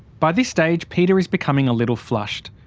by this stage, peter is becoming a little flushed,